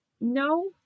no